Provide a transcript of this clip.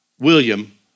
William